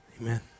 Amen